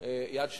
יד שנייה,